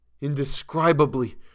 Indescribably